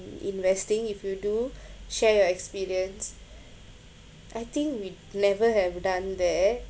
investing if you do share your experience I think we never have done that